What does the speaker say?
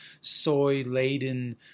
soy-laden